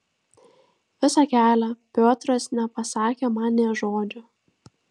visą kelią piotras nepasakė man nė žodžio